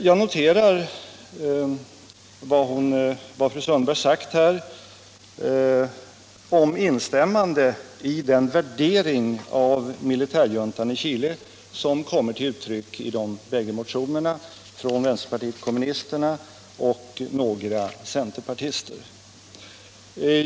Jag noterar vad fru Sundberg sagt om utrikesutskottets instämmande i den värdering av militärjuntan i Chile, som kommer till uttryck i de bägge motionerna från vänsterpartiet kommunisterna och några centerpartister.